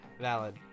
valid